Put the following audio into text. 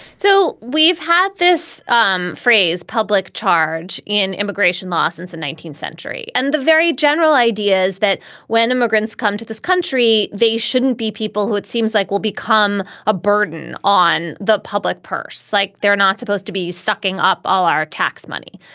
so we've had this um phrase, public charge in immigration law since the nineteenth century. and the very general idea is that when immigrants come to this country, they shouldn't be people who it seems like will become a burden on the public purse, like they're not supposed to be sucking up all our tax money.